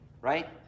right